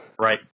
right